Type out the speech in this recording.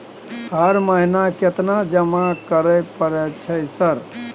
हर महीना केतना जमा करे परय छै सर?